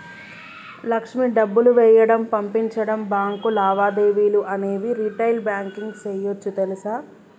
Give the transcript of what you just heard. లక్ష్మి డబ్బులు వేయడం, పంపించడం, బాంకు లావాదేవీలు అనేవి రిటైల్ బాంకింగ్ సేయోచ్చు తెలుసా